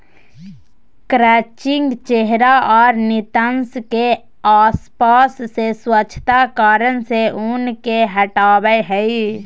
crutching चेहरा आर नितंब के आसपास से स्वच्छता कारण से ऊन के हटावय हइ